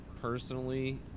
personally